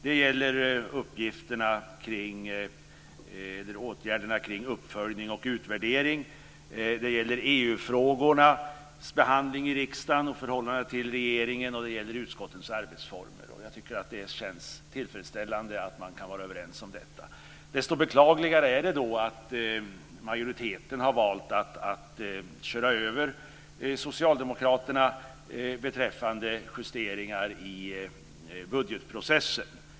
Det gäller åtgärderna kring uppföljning och utvärdering. Det gäller EU frågornas behandling i riksdagen och förhållandet till regeringen, och det gäller utskottens arbetsformer. Jag tycker att det känns tillfredsställande att man kan vara överens om detta. Desto beklagligare är det då att majoriteten har valt att köra över socialdemokraterna beträffande justeringar i budgetprocessen.